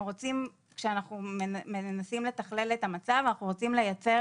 כשאנחנו מנסים לתכלל את המצב אנחנו רוצים לייצר